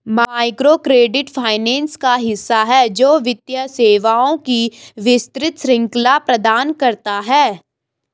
microcredit finance का हिस्सा है, जो वित्तीय सेवाओं की विस्तृत श्रृंखला प्रदान करता है